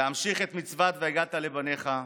להמשיך את מצוות "והגדת לבניך"